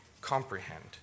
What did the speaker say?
comprehend